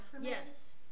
Yes